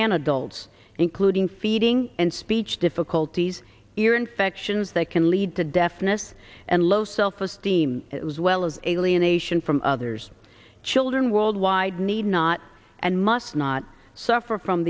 and adults including feeding and speech difficulties ear infections that can lead to deafness and low self esteem it was well as alienation from others children worldwide need not and must not suffer from